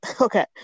Okay